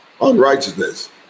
unrighteousness